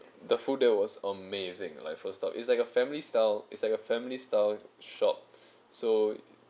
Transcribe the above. the food there was amazing my first thought it's like a family style is like a family style shop so